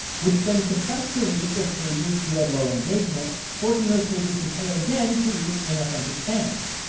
which then suppressed the reach of pages who had low engagement, forcing those pages to pay again to reach inauthentic fans.